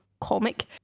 comic